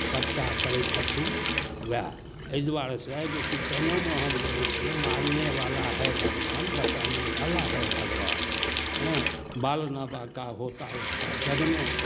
सबटा करै छथिन वएह एहि दुआरेसँ एगो कीर्तनोमे हम गाबै छलहुँ मारने वाला है भगवान बचाने वाला है भगवान हँ बाल ना बाका होता उसका जग मे